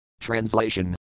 Translation